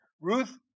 Ruth